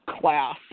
class